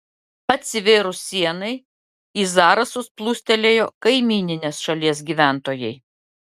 atsivėrus sienai į zarasus plūstelėjo kaimyninės šalies gyventojai